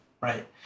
right